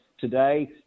today